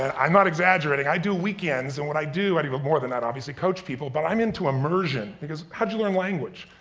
and i'm not exaggerating, i do weekends, and i do i do but more than that obviously, coach people, but i'm into immersion because how'd you learn language?